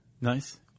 Nice